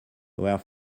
were